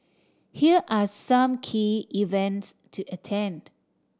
here are some key events to attend